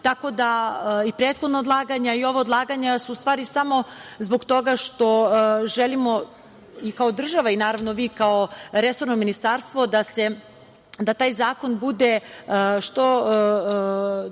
tako da i prethodna odlaganja i ovo odlaganja su u stvari samo zbog toga što želimo i kao država i, naravno, vi kao resorno ministarstvo da taj zakon bude što bolje